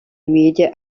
media